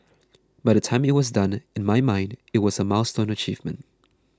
by the time it was done in my mind it was a milestone achievement